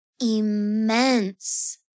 immense